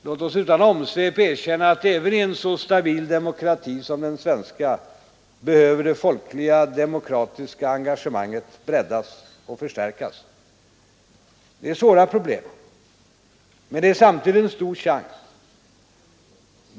Låt oss utan större omsvep erkänna att även i en så stabil demokrati som den svenska behöver det folkliga demokratiska engagemanget breddas och förstärkas. Det är svåra problem. Men det är samtidigt en stor chans.